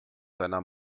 deiner